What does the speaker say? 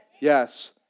Yes